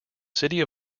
city